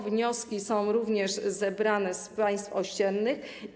Wnioski są również zebrane z państw ościennych.